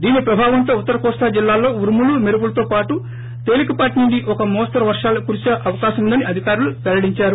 దీని ప్రభావంతో ఉత్తర కోస్తా జిల్లాల్లో ఉరుములు మెరుపులతో పాటు తేలికపాటి నుండి ఒక మోస్తరు వర్షాలు కురిసే అవకాశం ఉందని అధికారులు వెల్లడించారు